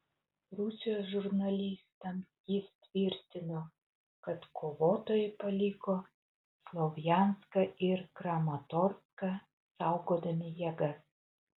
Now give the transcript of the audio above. rusijos žurnalistams jis tvirtino kad kovotojai paliko slovjanską ir kramatorską saugodami jėgas